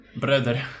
Brother